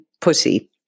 pussy